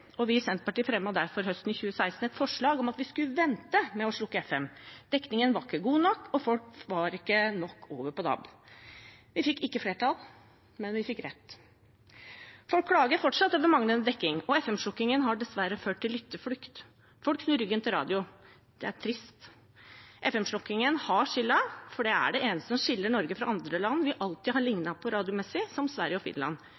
og vi i Senterpartiet fremmet derfor høsten 2016 et forslag om at vi skulle vente med å slukke FM-nettet. Dekningen var ikke god nok, og folk var ikke i stor nok grad gått over på DAB. Vi fikk ikke flertall, men vi fikk rett. Folk klager fortsatt over manglende dekning, og FM-slukkingen har dessverre ført til lytterflukt. Folk snur ryggen til radio – det er trist. FM-slukkingen har skylden, for det er det eneste som skiller Norge fra andre land vi alltid har liknet på radiomessig, som Sverige og Finland,